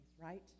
right